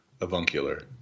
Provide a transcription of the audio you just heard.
avuncular